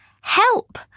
Help